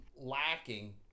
lacking